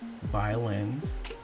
violins